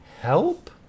help